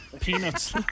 Peanuts